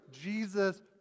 Jesus